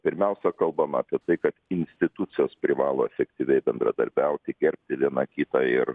pirmiausia kalbama apie tai kad institucijos privalo efektyviai bendradarbiauti gerbti viena kitą ir